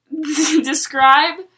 describe